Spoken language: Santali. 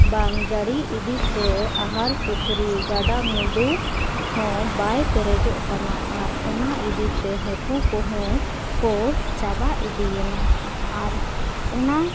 ᱵᱟᱝ ᱡᱟᱲᱤ ᱤᱫᱤᱛᱮ ᱟᱦᱟᱨ ᱯᱩᱠᱷᱨᱤ ᱜᱟᱰᱟ ᱢᱩᱰᱩ ᱦᱚᱸ ᱵᱟᱭ ᱯᱮᱨᱮᱡᱚᱜ ᱠᱟᱱᱟ ᱟᱨ ᱚᱱᱟ ᱤᱫᱤᱛᱮ ᱦᱟᱹᱠᱩ ᱠᱚᱦᱚᱸ ᱠᱚ ᱪᱟᱵᱟ ᱤᱫᱤᱭᱮᱱᱟ ᱟᱨ ᱚᱱᱟ